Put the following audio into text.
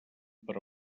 per